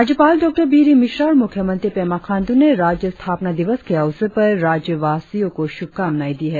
राज्यपाल डॉ बीडी मिश्रा और मूख्यमंत्री पेमा खांड् ने राज्य स्थापना दिवस के अवसर पर राज्य वासियों को शुभकामनाए दी है